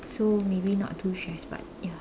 so maybe not too stressed but ya